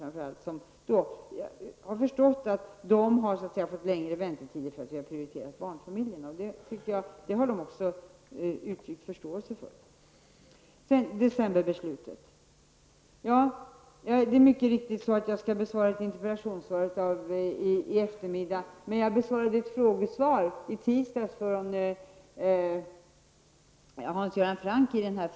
De har förstått att de har fått längre väntetider därför att vi har prioriterat barnfamiljerna, men det har de också uttryckt förståelse för. Vad gäller decemberbeslutet skall jag mycket riktigt lämna ett interpellationssvar i eftermiddag. Men jag har också i tisdags besvarat en fråga från Hans Göran Franck om detta.